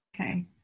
okay